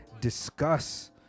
discuss